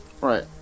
right